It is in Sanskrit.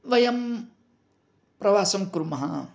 वयं प्रवासं कुर्मः